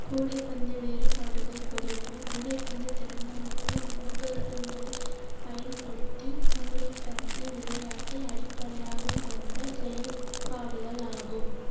கூடைப்பந்து வேறுபாடுகள் பொதுவான கூடைப்பந்து திறன்கள் மற்றும் உபகருணங்களைப் பயன்படுத்தி கூடைப்பந்து விளையாட்டை அடிப்படையாகக் கொண்ட செயல்பாடுகளாகும்